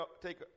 take